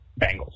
Bengals